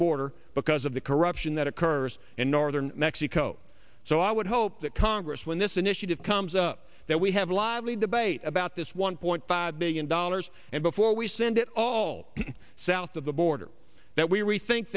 border because of the corruption that occurs in northern mexico so i would hope that congress when this initiative comes up that we have lively debate about this one point five billion dollars and before we send it all south of the border that we rethink